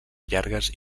llargues